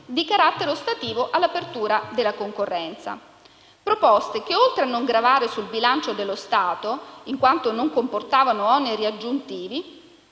di carattere ostativo all'apertura della concorrenza. Proposte che, oltre a non gravare sul bilancio dello Stato, in quanto non comportavano oneri aggiuntivi,